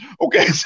Okay